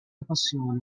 passioni